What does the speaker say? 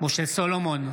משה סולומון,